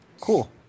cool